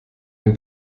den